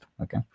Okay